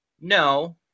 no